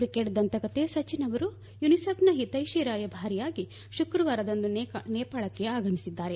cricket ದಂತಕಥೆ ಸಚಿನ್ ಅವರು ಯುನಿಸೆಫ್ನ ಹಿತ್ವೆಷಿ ರಾಯಭಾರಿಯಾಗಿ ಶುಕ್ರವಾರದಂದು ನೇಪಾಳಕ್ಕೆ ಆಗಮಿಸಿದ್ದಾರೆ